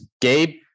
Gabe